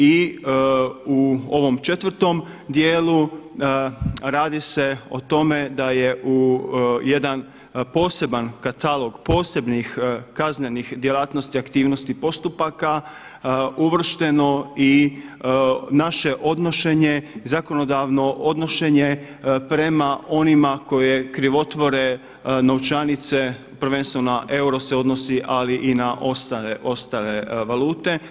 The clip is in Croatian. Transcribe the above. I u ovom četvrtom dijelu radi se o tome da je u jedan poseban katalog posebnih kaznenih djelatnosti, aktivnosti postupaka uvršteno i naše odnošenje, zakonodavno odnošenje prema onima koji krivotvore novčanice, prvenstveno na euro se odnosi ali i na ostale valute.